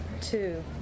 Two